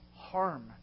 harm